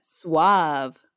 Suave